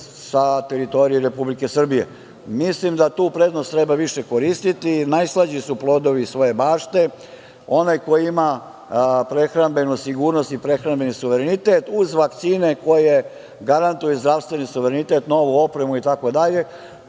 sa teritorije Republike Srbije. Mislim da tu prednost treba više koristiti, najslađi su plodovi svoje bašte. Onaj koji ima prehrambenu sigurnost i prehrambeni suverenitet, uz vakcine koje garantuje zdravstveni suverenitet, novu opremu itd.